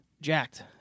Jacked